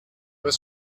was